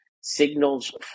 signals